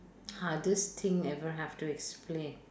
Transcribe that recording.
hardest thing ever have to explain